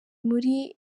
muri